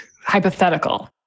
hypothetical